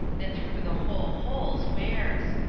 and through the whole holes wears.